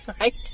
right